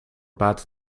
bad